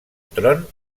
tron